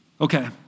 Okay